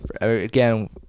again